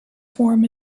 form